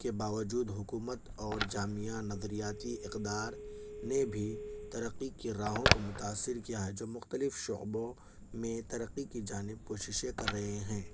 کے باوجود حکومت اور جامعہ نظریاتی اقدار نے بھی ترقی کی راہوں کو متاثر کیا ہے جو مختلف شعبوں میں ترقی کی جانب کوششیں کر رہے ہیں